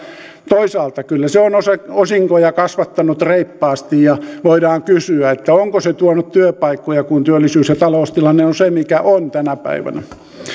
toisaalta kyllä se on osinkoja kasvattanut reippaasti ja voidaan kysyä onko se tuonut työpaikkoja kun työllisyys ja taloustilanne on tänä päivänä se mikä on